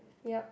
yeap